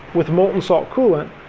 with molten salt coolant,